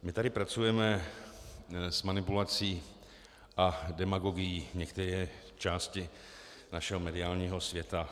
My tady pracujeme s manipulací a demagogií některé části našeho mediálního světa.